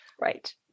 Right